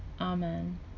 Amen